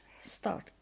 start